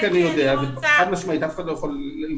אני יודע שזה לא מספיק.